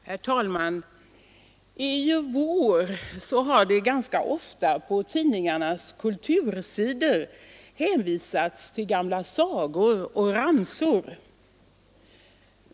Herr talman! I vår har det ganska ofta på tidningarnas kultursidor hänvisats till gamla sagor och ramsor.